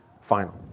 final